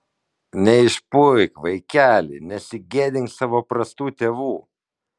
neišpuik vaikeli nesigėdink savo prastų tėvų